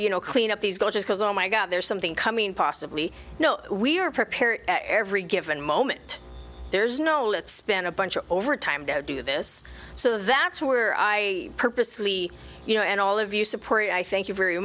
you know clean up these guys just cause all my there's something coming possibly no we're prepared at every given moment there's no let's spend a bunch of overtime to do this so that's where i purposely you know and all of you support i thank you very